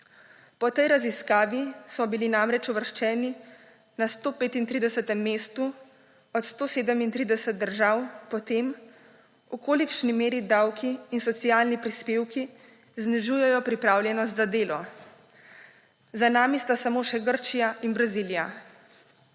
Po tej raziskavi smo bili namreč uvrščeni na 135. mestu od 137 držav po tem, v kolikšni meri davki in socialni prispevki znižujejo pripravljenost za delo. Za nami sta samo še Grčija in Brazilija.